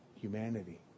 humanity